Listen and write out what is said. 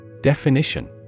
Definition